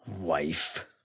wife